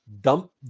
Dump